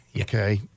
Okay